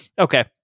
Okay